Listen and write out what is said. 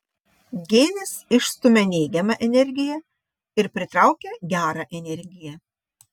gėlės išstumia neigiamą energiją ir pritraukia gerą energiją